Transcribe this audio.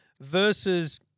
versus